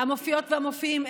המופיעות והמופיעים,